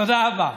תודה רבה.